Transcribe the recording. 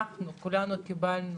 אנחנו, כולנו קיבלנו,